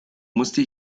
musste